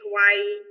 Hawaii